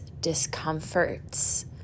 discomforts